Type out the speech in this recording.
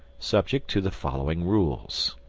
subject to the following rules